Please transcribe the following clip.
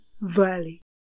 Valley